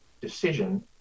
decision